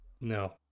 no